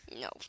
No